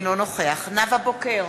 אינו נוכח נאוה בוקר,